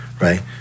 right